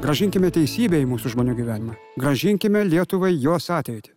grąžinkime teisybę į mūsų žmonių gyvenimą grąžinkime lietuvai jos ateitį